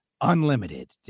unlimited